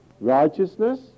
Righteousness